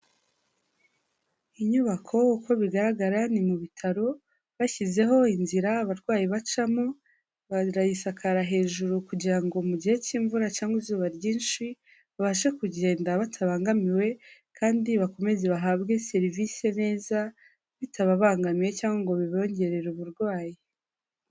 Inyubako uko bigaragara ni mu bitaro, bashyizeho inzira abarwayi bacamo, barayisakara hejuru kugira ngo mu gihe cy'imvura cyangwa izuba ryinshi, babashe kugenda batabangamiwe kandi bakomeze bahabwe serivisi neza bitababangamiye cyangwa ngo bibongerere uburwayi.